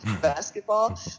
basketball